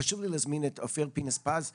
חשוב לי להזמין את אופיר פינס פז לדבר,